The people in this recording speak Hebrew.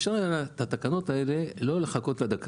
אפשר היה לא לחכות עם התקנות האלה עד הדקה